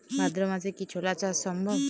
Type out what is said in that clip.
ভাদ্র মাসে কি ছোলা চাষ সম্ভব?